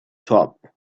top